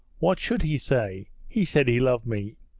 what should he say? he said he loved me.